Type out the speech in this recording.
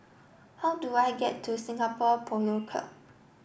how do I get to Singapore Polo Club